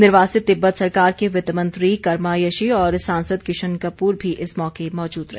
निर्वासित तिब्बत सरकार के वित्त मंत्री कर्मायशी और सांसद किशन कपूर भी इस मौके मौजूद रहे